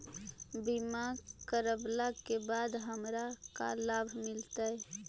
बीमा करवला के बाद हमरा का लाभ मिलतै?